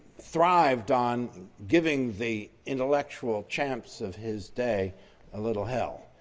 thrived on giving the intellectual champs of his day a little hell.